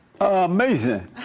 Amazing